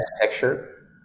picture